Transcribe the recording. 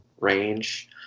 range